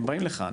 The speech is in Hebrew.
הם באים לכאן,